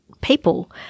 people